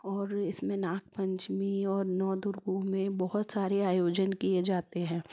और इसमें नाग पंचमी और नौ दुर्गों में बहुत सारे आयोजन किए जाते हैं